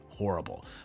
horrible